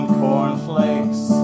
cornflakes